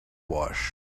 wash